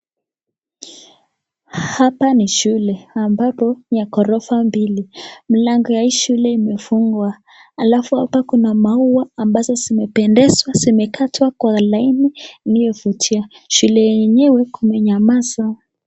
Hapa ni shule ambapo ni ya ghorofa mbili, mlango ya hii shule imefungwa , alafu hapa kuna maua ambazo zimependeshwa zimekatwa kwa laini iliyofutia shule yenye kumenyamaza.